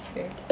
okay